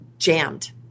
jammed